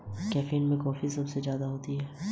Bhim UPI PIN क्या है?